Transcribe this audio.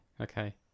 okay